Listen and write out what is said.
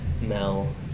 Mel